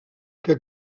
que